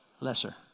Lesser